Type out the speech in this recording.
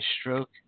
stroke